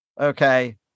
Okay